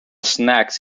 snacks